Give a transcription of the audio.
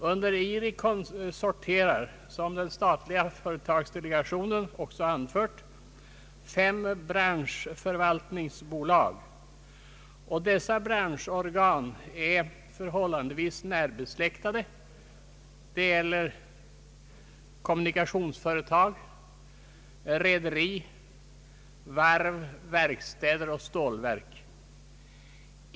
Under IRI sorterar — som den statliga företagsdelegationen också anfört — fem branschförvaltningsbolag, och dessa branschorgan är förhållandevis närbesläktade. Det gäller kommunikationsföretag, rederier, varv, verkstäder och stålverk.